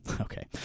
Okay